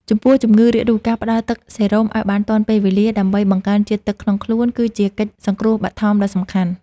ចំពោះជំងឺរាករូស ការផ្តល់ទឹកសេរ៉ូម ឱ្យបានទាន់ពេលវេលាដើម្បីបង្កើនជាតិទឹកក្នុងខ្លួន គឺជាកិច្ចសង្គ្រោះបឋមដ៏សំខាន់។